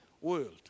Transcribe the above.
world